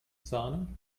sahne